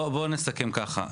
בואו נסכם ככה,